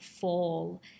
fall